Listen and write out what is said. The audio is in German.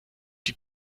die